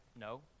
no